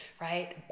right